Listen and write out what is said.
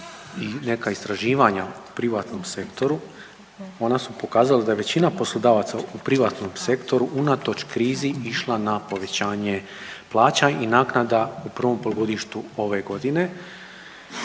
i neka istraživanja u privatnom sektoru ona su pokazala da je većina poslodavaca u privatnom sektoru unatoč krizi išla na povećanje plaća i naknada u prvom polugodištu ove godine